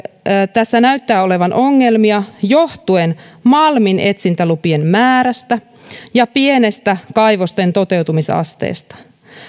tässä näyttää olevan ongelmia johtuen malminetsintälupien määrästä ja pienestä kaivosten toteutumisasteesta